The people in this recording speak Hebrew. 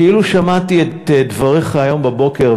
כאילו שמעתי את דבריך היום בבוקר,